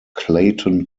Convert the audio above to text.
clayton